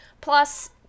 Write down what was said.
plus